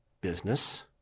business